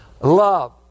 Love